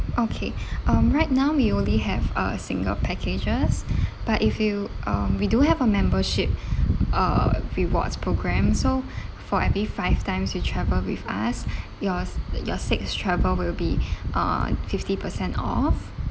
okay um right now we only have uh single packages but if you um we do have a membership uh rewards program so for every five times you traveled with us yours your sixth travel will be on fifty percent off